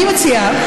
אני מציעה,